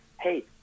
Hey